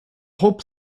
whole